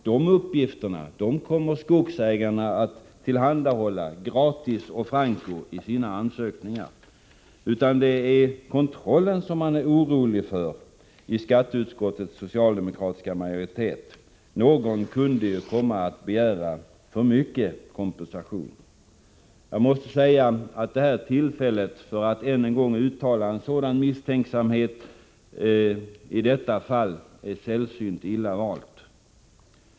Dessa uppgifter kommer skogsägarna att tillhandahålla gratis och franko i sina ansökningar, det är i stället kontrollen som man är orolig för i skatteutskottets socialdemokratiska majoritet. Någon kunde ju komma att begära för mycket kompensation. Jag måste säga att tillfället att än en gång uttala sådan misstänksamhet i detta fall är sällsynt illa valt.